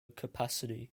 capacity